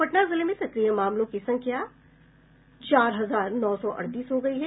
पटना जिले में सक्रिय मामले की संख्या चार हजार नौ सौ अड़तीस हो गयी है